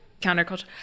Counterculture